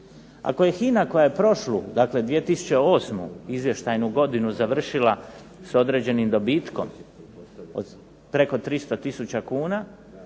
Ako je HINA koja je prošlu, dakle 2008. izvještajnu godinu završila s određenim dobitkom od preko 300 tisuća kuna,